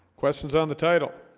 questions on the title